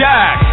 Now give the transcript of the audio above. Jack